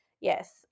yes